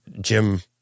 Jim